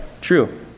True